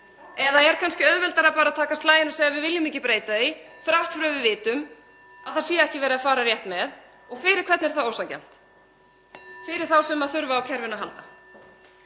Eða er kannski auðveldara að taka slaginn og segja: Við viljum ekki breyta því þrátt fyrir að við vitum að það sé ekki verið að fara rétt með? Fyrir hvern er það ósanngjarnt? Fyrir þá sem þurfa á kerfinu að halda.